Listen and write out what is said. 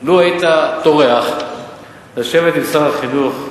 לו טרחת לשבת עם שר החינוך,